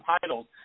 titles